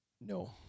No